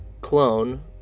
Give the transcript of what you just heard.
clone